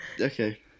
okay